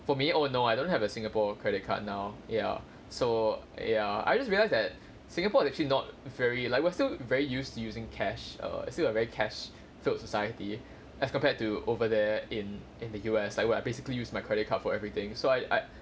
for me oh no I don't have a singapore credit card now ya so ya I just realized that singapore is actually not very like we're still very used to using cash err still a very cash filled society as compared to over there in in the U_S like what basically use my credit card for everything so I I